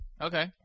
Okay